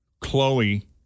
chloe